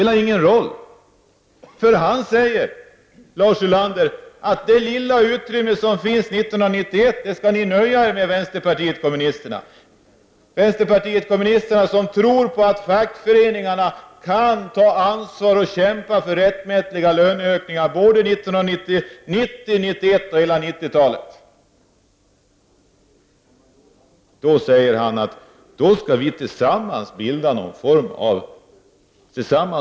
Lars Ulander säger att det lilla utrymme som finns 1991 skall vänsterpartiet kommunisterna nöja sig med, vänsterpartiet kommunisterna som tror på att fackföreningarna kan ta ansvar för och kämpa för rättmätiga löneökningar 1990, 1991 och under hela 90-talet. Lars Ulander säger att vi tillsammans på något sätt skall avslå detta.